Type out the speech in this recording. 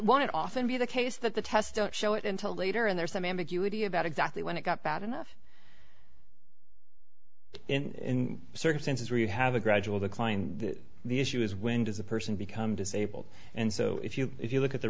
one it often be the case that the tests don't show it until later and there's some ambiguity about exactly when it got bad enough in circumstances where you have a gradual decline the issue is when does a person become disabled and so if you if you look at the